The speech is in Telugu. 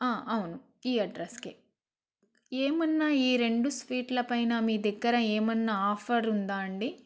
అవును ఈ అడ్రస్కే ఏమన్నా ఈ రెండు స్వీట్ల పైన మీ దగ్గర ఏమన్నా ఆఫర్ ఉందా అండి